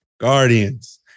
Guardians